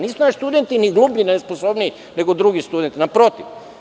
Nisu naši studenti ni gluplji ni nesposobniji nego drugi studenti, naprotiv.